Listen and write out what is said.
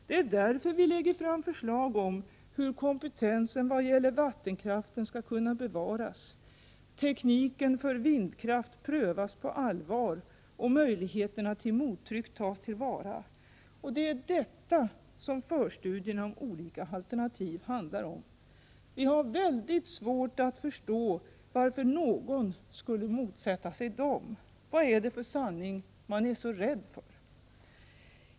Det är därför vi lägger fram förslag om hur kompetensen i vad gäller vattenkraften skall kunna bevaras, tekniken för vindkraft prövas på allvar och möjligheterna till mottryck tas till vara, och det är detta som förstudierna om olika alternativ handlar om. Vi har mycket svårt att förstå varför någon skulle motsätta sig dem. Vad är det för sanning man är så rädd för?